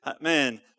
Man